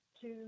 two